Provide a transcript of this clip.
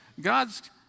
God's